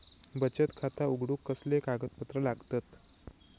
बचत खाता उघडूक कसले कागदपत्र लागतत?